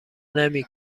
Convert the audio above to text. نمی